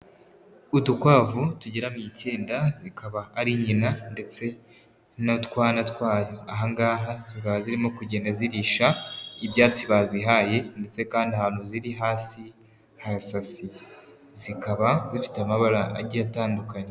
Udukwavu tugera mu icyenda bikaba ari nyina ndetse n'utwana twayo, aha ngaha zikaba zirimo kugenda zirisha ibyatsi bazihaye ndetse kandi ahantu ziri hasi harasasiye, zikaba zifite amabara agiye atandukanye.